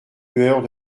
lueurs